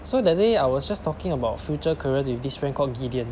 so that day I was just talking about future career with this friend called gideon